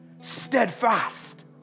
steadfast